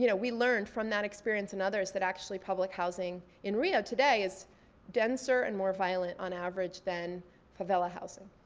you know we learned from that experience and others that actually public housing in rio today is denser and more violent on average than favela housing.